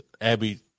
abby